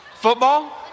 Football